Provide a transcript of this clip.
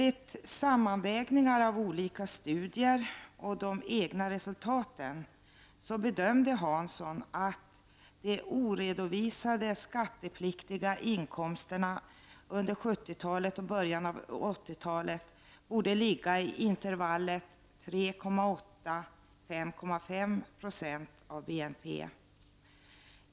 I en sammanvägning av olika studier och de egna resultaten bedömde Hansson att de oredovisade skattepliktiga inkomsterna under 1970-talet och början av 1980-talet borde ligga i intervallet 3,8-5,5 20 av BNP.